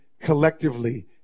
collectively